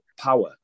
power